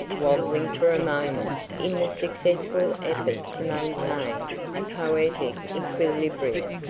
wabbling for a moment in the successful effort to maintain a poetic equilibrium.